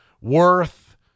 Worth